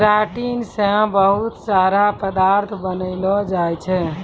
keratin से बहुत सारा पदार्थ बनलो जाय छै